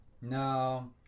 No